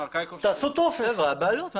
העברת בעלות.